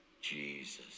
Jesus